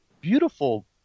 beautiful